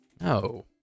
No